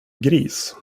gris